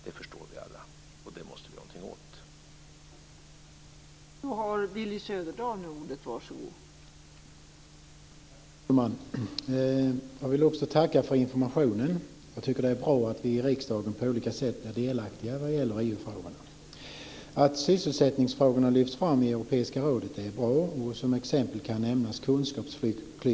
Det förstår vi alla, och det måste vi göra någonting åt.